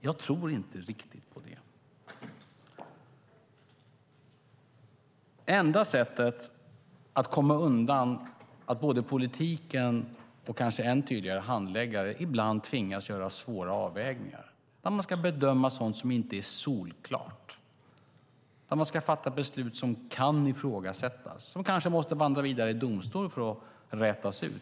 Jag tror inte riktigt på den. Både politiken och kanske än tydligare handläggare tvingas ibland att göra svåra avvägningar. Man ska bedöma sådant som inte är solklart. Man ska fatta beslut som kan ifrågasättas och som kanske måste vandra vidare till domstol för att rätas ut.